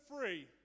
free